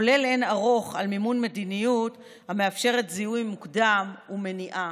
עולה לאין ערוך על מימון מדיניות המאפשרת זיהוי מוקדם ומניעה.